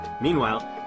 Meanwhile